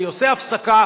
אני עושה הפסקה,